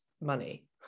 money